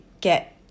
get